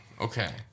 Okay